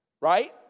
Right